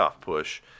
push